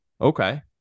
Okay